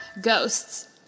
Ghosts